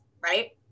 right